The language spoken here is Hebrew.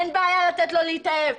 אין בעיה לתת לו להתאהב,